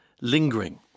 lingering